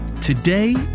Today